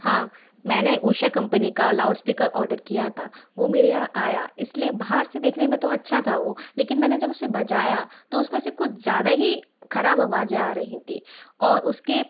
हाँ मैं ने ऊषा कम्पनी का लाउडस्पीकर ऑर्डर किया था वह मेरे यहाँ आया इसलिए बाहर से देखने में तो अच्छा था वह लेकिन मैंने जब उसे बजाया तो उसमें से कुछ ज़्यादा ही ख़राब आवाज़ें आ रही थीं और उसके